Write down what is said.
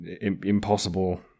impossible